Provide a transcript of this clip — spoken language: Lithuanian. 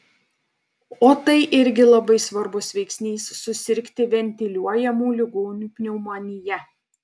o tai irgi labai svarbus veiksnys susirgti ventiliuojamų ligonių pneumonija